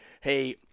hey